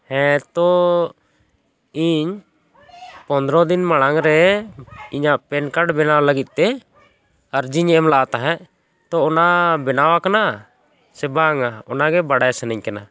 ᱦᱮᱸ ᱛᱚ ᱤᱧ ᱯᱚᱱᱨᱚ ᱫᱤᱱ ᱢᱟᱲᱟᱝ ᱨᱮ ᱤᱧᱟ ᱜ ᱯᱮᱱ ᱠᱟᱨᱰ ᱵᱮᱱᱟᱣ ᱞᱟᱹᱜᱤᱫ ᱛᱮ ᱟᱨᱡᱤᱧ ᱮᱢ ᱞᱮᱜᱼᱟ ᱛᱟᱦᱮᱸᱫ ᱛᱚ ᱚᱱᱟ ᱵᱮᱱᱟᱣ ᱟᱠᱟᱱᱟ ᱥᱮ ᱵᱟᱝᱟ ᱚᱱᱟᱜᱮ ᱵᱟᱰᱟᱭ ᱥᱟᱹᱱᱟᱹᱧ ᱠᱟᱱᱟ